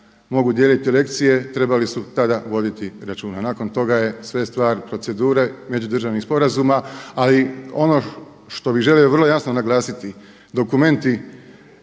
mogu dijeliti lekcije trebali su tada voditi računa. Nakon toga je sve stvar procedure međudržavnih sporazuma, a i ono što bih želio vrlo jasno naglasiti dokumenti